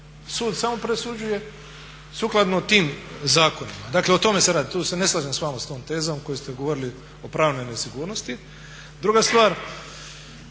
Sud samo presuđuje sukladno tim zakonima. Dakle o tome se radi, tu se ne slažem s vama s tom tezom koju ste govorili, o pravnoj nesigurnosti. Druga stvar,